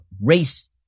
race